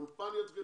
את האולפן והכול.